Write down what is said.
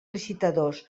licitadors